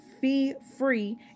fee-free